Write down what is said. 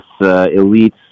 elites